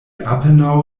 apenaŭ